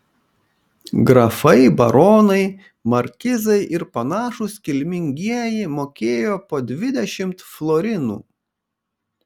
grafai baronai markizai ir panašūs kilmingieji mokėjo po dvidešimt florinų